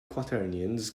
quaternions